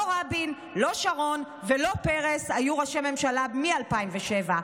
לא רבין, לא שרון ולא פרס היו ראשי ממשלה מ-2007.